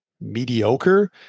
mediocre